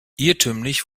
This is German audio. irrtümlich